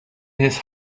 his